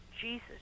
Jesus